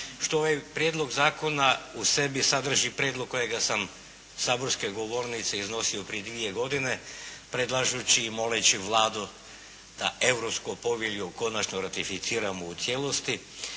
što ovaj prijedlog zakona u sebi sadrži prijedlog kojeg sam sa saborske govornice iznosio prije dvije godine predlažući i moleći Vladu da Europsku povelju konačno ratificiramo u cijelosti.